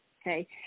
Okay